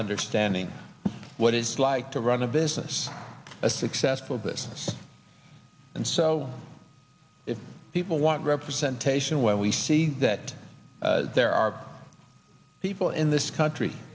understanding what it's like to run a business a successful business and so if people want representation when we see that there are people in this country